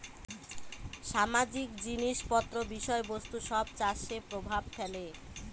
সামাজিক জিনিস পত্র বিষয় বস্তু সব চাষে প্রভাব ফেলে